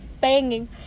banging